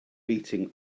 beating